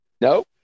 Nope